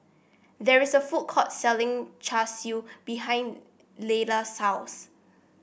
there is a food court selling Char Siu behind Leila's house